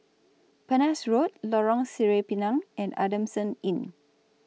Penhas Road Lorong Sireh Pinang and Adamson Inn